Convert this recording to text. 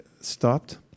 stopped